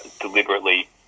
deliberately